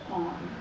on